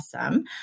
awesome